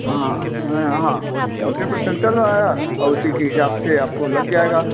हाँ हाँ forty percent चल रहा है और उसी के हिसाब से आपको लग जाएगा